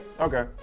okay